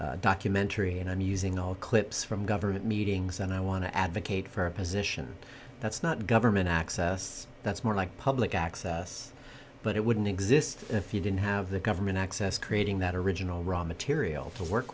a documentary and i'm using all clips from government meetings and i want to advocate for a position that's not government access that's more like public access but it wouldn't exist if you didn't have the government access creating that original raw material to work